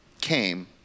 came